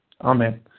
Amen